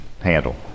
handle